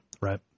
Right